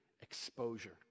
exposure